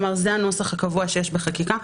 כלומר זה הנוסח הקבוע שיש בחקיקה.